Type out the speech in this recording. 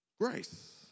grace